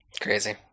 crazy